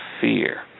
fear